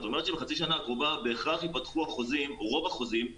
זאת אומרת שבחצי שנה הקרובה בהכרח ייפתחו רוב החוזים לשכירויות.